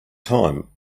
time